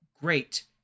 great